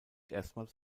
erstmals